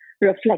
reflect